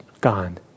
gone